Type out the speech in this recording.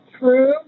true